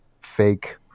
fake